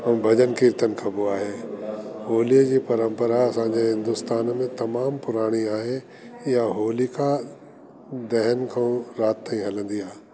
ऐं भजन कीर्तन कॿो आहे होलिअ जी परंपरा असांजे हिंदूस्तान में तमामु पुराणी आहे इहा होलिका दहन खां राति ताईं हलंदी आहे